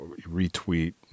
retweet